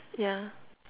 yeah